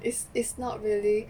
is is not really